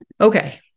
okay